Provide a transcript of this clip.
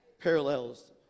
Parallels